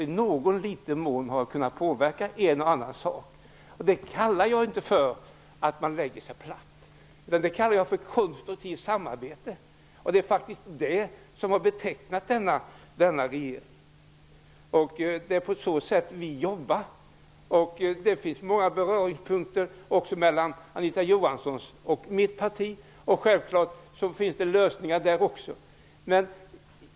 I någon liten mån har jag kunnat påverka en och annan sak. Det kallar jag inte för att lägga sig platt. Det kallar jag för konstruktivt samarbete. Det är faktiskt det som har betecknat denna regering. Det är på så sätt som vi jobbar. Det finns många beröringspunkter också mellan Anita Johanssons och mitt parti. Självfallet kan vi finna lösningar.